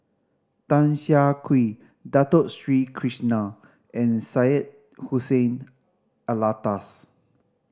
Tan Siah Kwee Dato Sri Krishna and Syed Hussein Alatas